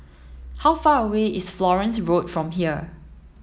how far away is Florence Road from here